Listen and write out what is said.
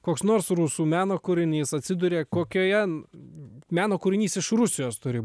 koks nors rusų meno kūrinys atsiduria kokioje meno kūrinys iš rusijos turi bū